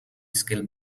scale